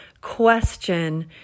question